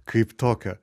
kaip tokio